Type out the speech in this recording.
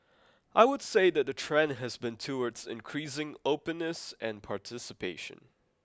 I would say that the trend has been towards increasing openness and participation